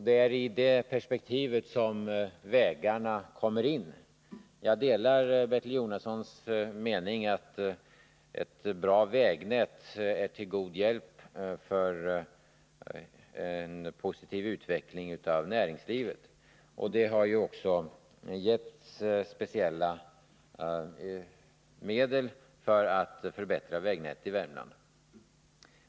Det är i detta perspektiv som vägarna kommer in. Jag delar Bertil Jonassons mening att ett bra vägnät är en god hjälp för en positiv utveckling av näringslivet, och det har ju också anslagits speciella medel för en förbättring av vägnätet i Värmland.